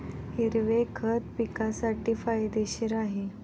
हिरवे खत पिकासाठी फायदेशीर आहे